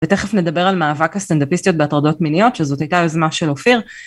ותכף נדבר על מאבק הסטנדפיסטיות בהטרדות מיניות שזאת הייתה יוזמה של אופיר